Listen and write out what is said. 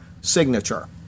signature